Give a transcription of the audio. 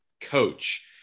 coach